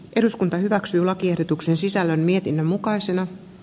eduskunta hyväksyi lakiehdotuksen sisällön mietinnön mukaisena